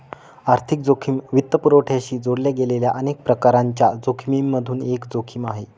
आर्थिक जोखिम वित्तपुरवठ्याशी जोडल्या गेलेल्या अनेक प्रकारांच्या जोखिमिमधून एक जोखिम आहे